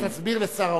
אני מסביר לשר האוצר: